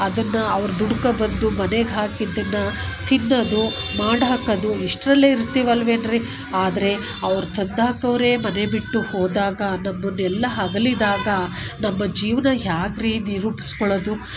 ಅದನ್ನ ಅವರು ದುಡ್ಕೋ ಬಂದು ಮನೆಗೆ ಹಾಕಿದನ್ನು ತಿನ್ನದು ಮಾಡಿ ಹಾಕೋದು ಇಷ್ಟರಲ್ಲೆ ಇರ್ತೀವಿ ಅಲ್ವೇನ್ರಿ ಆದರೆ ಅವ್ರು ತಂದು ಹಾಕೋವರೆ ಮನೆ ಬಿಟ್ಟು ಹೋದಾಗ ನಮ್ಮನ್ನೆಲ್ಲ ಅಗಲಿದಾಗ ನಮ್ಮ ಜೀವನ ಹೇಗ್ರಿ ನಿರೂಪಿಸ್ಕೊಳ್ಳೋದು